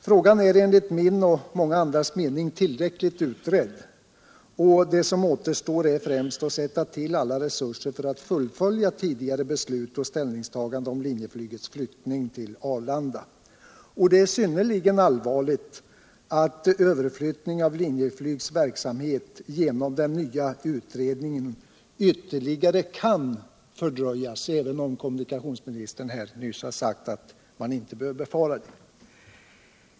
Frågan är enligt min och många andras mening tillräckligt utredd, och det som återstår är främst att sätta till alla resurser för att fullfölja tidgare beslut och ställningstaganden om inrikesflygets flyttning till Arlanda. Det är synnerligen allvarligt att överflyttningen av Linjeflygs verksamhet genom den nya utredningen ytterligare kan fördröjas, även om kommunikationsministern här nyss har sagt att man inte behöver befara det.